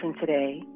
today